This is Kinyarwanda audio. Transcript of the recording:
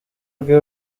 rwe